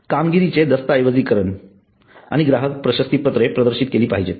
कामगिरीचे दस्तऐवजीकरण आणि ग्राहक प्रशस्तिपत्रे प्रदर्शित केली पाहिजेत